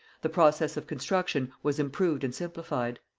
the process of construction was improved and simplified.